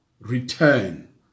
return